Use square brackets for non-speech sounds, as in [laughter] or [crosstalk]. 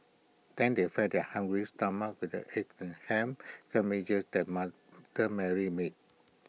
then they fed their hungry stomachs with the egg and Ham Sandwiches that [hesitation] that Mary made